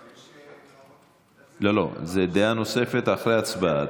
לא, יש, לא, לא, זה דעה נוספת, אחרי ההצבעה.